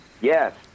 Yes